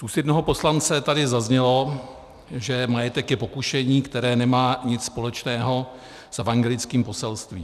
Z úst jednoho poslance tady zaznělo, že majetek je pokušení, které nemá nic společného s evangelickým poselstvím.